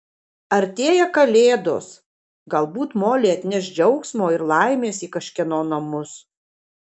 artėja kalėdos galbūt molė atneš džiaugsmo ir laimės į kažkieno namus